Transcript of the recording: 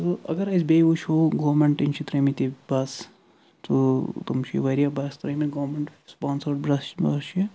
اگر أسۍ بیٚیہِ وُچھو گارمِنٹن چھِ ترٛٲومٕتۍ یہِ بس تہٕ تِم چھِ واریاہ بس ترٛٲومٕتۍ گورمِنٹن سُپانسٲرڑ برس بس چھِ